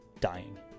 dying